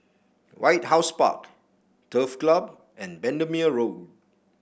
White House Park Turf Club and Bendemeer Road